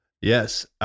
Yes